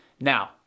Now